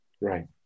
Right